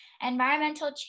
Environmental